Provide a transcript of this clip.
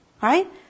right